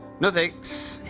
no thanks.